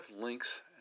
links